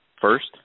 first